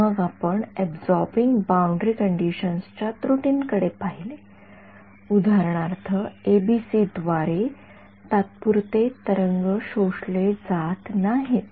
मग आपण absorbing boundary कंडिशन्सच्या त्रुटींकडे पाहिले उदाहरणार्थ एबीसी द्वारे तात्पुरते तरंग शोषले जात नाहीत